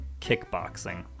Kickboxing